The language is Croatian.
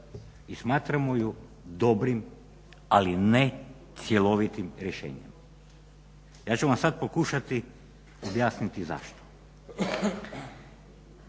i smatramo ju dobrim, ali ne cjelovitim rješenjem. Ja ću vam sad pokušati objasniti zašto.